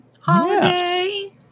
Holiday